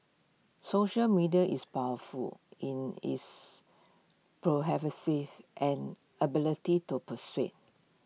social media is powerful in its and ability to persuade